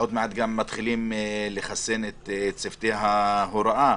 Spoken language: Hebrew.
עוד מעט מתחילים לחסן את צוותי ההוראה,